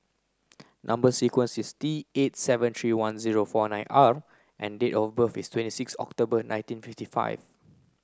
number sequence is T eight seven three one zero four nine R and date of birth is twenty six October nineteen fifty five